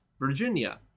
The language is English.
Virginia